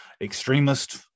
extremist